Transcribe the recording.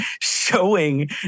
showing